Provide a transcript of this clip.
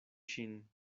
ŝin